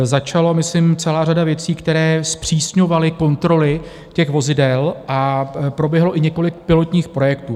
Začala myslím celá řada věcí, které zpřísňovaly kontroly těch vozidel a proběhlo i několik pilotních projektů.